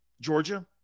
Georgia